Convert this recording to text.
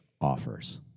offers